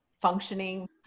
functioning